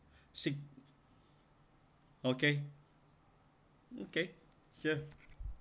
sick okay okay chef